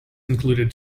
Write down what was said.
included